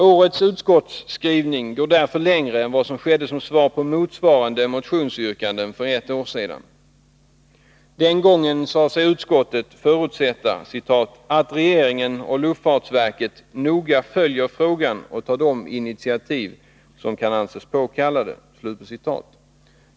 Årets utskottsskrivning går därför längre än svaret på motsvarande motionsyrkanden för ett år sedan. Den gången sade sig utskottet förutsätta ”att regeringen och luftfartsverket noga följer frågan och tar de initiativ som kan anses påkallade”.